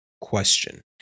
question